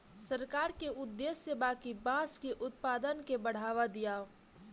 सरकार के उद्देश्य बा कि बांस के उत्पाद के बढ़ावा दियाव